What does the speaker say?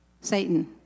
Satan